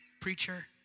preacher